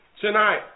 tonight